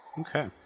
Okay